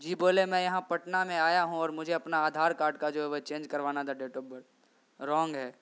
جی بولے میں یہاں پٹنہ میں آیا ہوں اور مجھے اپنا آدھار کارڈ کا جو ہے وہ چینج کروانا تھا ڈیٹ آف برتھ رونگ ہے